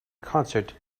concert